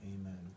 Amen